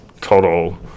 total